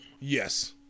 Yes